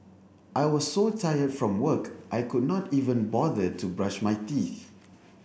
I was so tired from work I could not even bother to brush my teeth